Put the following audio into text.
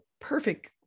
perfect